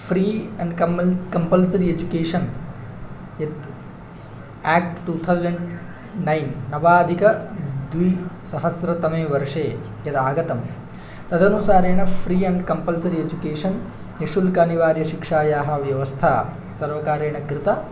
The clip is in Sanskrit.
फ्री अन्ड् कम्पल्सरि एजुकेषन् यत् एक्ट् टूथौसन्ड् नैन् नवाधिकद्विसहस्रतमे वर्षे यदागतं तदनुसारेण फ्री अन्ड् कम्पल्सरि एजुकेषन् निश्शुल्कानिवार्यशिक्षायाः व्यवस्था सर्वकारेण कृता